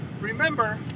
remember